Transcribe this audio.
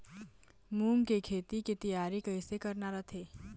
मूंग के खेती के तियारी कइसे करना रथे?